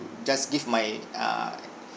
just give my uh